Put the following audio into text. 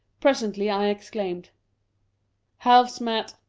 presently i ex claimed halves, mat!